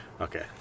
Okay